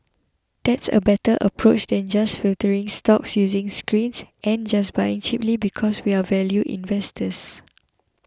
that's a better approach than just filtering stocks using screens and just buying cheaply because we're value investors